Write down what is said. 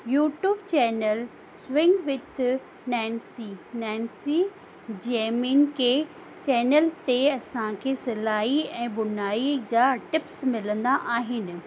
YouTube channel sewing with Nancy Nancy जंहिंमें के channel ते असांखे सिलाई ऐं बुनाई जा टिप्स मिलंदा आहिनि